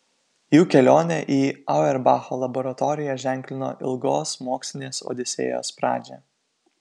jų kelionė į auerbacho laboratoriją ženklino ilgos mokslinės odisėjos pradžią